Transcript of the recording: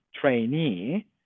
trainee